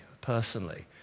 personally